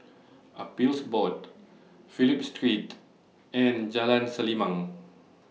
Appeals Board Phillip Street and Jalan Selimang